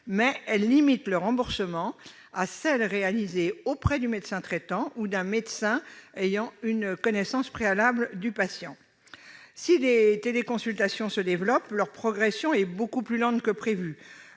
mais elle limite le remboursement à celles qui sont réalisées auprès du médecin traitant ou d'un médecin ayant une connaissance préalable du patient. Si les téléconsultations se développent, leur progression est beaucoup plus lente que prévu.